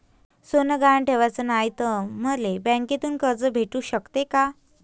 सोनं गहान ठेवाच नाही हाय, त मले बँकेतून कर्ज भेटू शकते का?